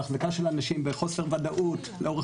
ההחזקה של אנשים בחוסר ודאות לאורך